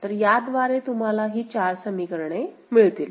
तर याद्वारे तुम्हाला ही 4 समीकरणे मिळतील